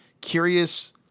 curious